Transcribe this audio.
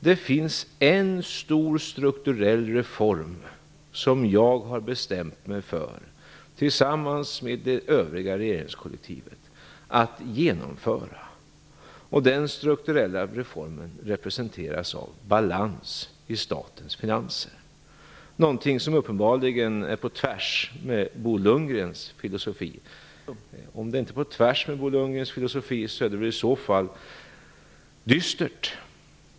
Det finns en stor strukturell reform som jag - tillsammans med regeringskollektivet - har bestämt mig för att genomföra. Den strukturella reformen representeras av balans i statens finanser. Det är någonting som uppenbarligen är på tvärs med Bo Lundgrens filosofi. Om det inte är på tvärs med Bo Lundgrens filosofi är det dystert.